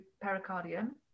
pericardium